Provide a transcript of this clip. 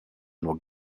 nur